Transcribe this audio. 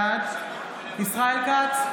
בעד ישראל כץ,